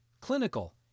clinical